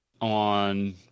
on